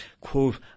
quote